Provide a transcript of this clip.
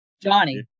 Johnny